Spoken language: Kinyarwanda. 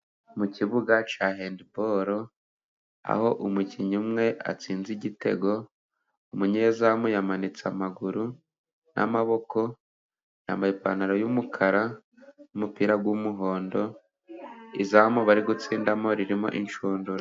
Mu kibuga cya hendiboro, aho umukinnyi umwe atsinze igitego, umunyezamu yamanitse amaguru n'amaboko, yambaye ipantaro y'umukara, umupira w'umuhondo. Izamu bari gutsindamo ririmo inshundura.